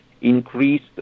increased